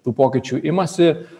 tų pokyčių imasi